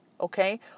okay